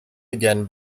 again